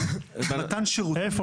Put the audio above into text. איפה?